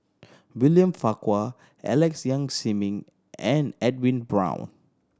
William Farquhar Alex Yam Ziming and Edwin Brown